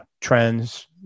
trends